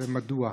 ומדוע?